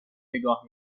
نگاه